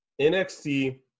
NXT